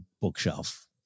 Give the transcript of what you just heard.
bookshelf